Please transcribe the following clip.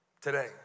today